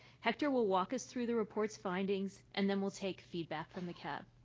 hector will walk us through the report's findings, and then we'll take feedback from the cab.